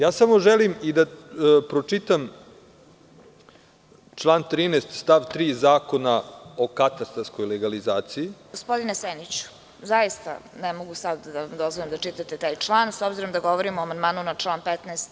Ja samo želim da pročitam član 13. stav 3. zakona o katastarskoj legalizaciji… (Predsedavajuća: Gospodine Seniću, zaista ne mogu sada da vam dozvolim da čitate taj član, s obzirom da govorimo o amandmanu na član 15.